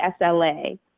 sla